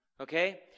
okay